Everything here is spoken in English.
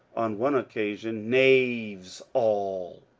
on one occasion, knaves all.